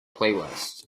playlist